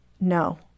no